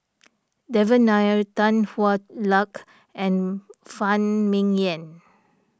Devan Nair Tan Hwa Luck and Phan Ming Yen